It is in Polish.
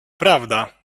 prawda